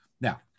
Now